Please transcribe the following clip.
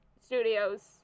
Studios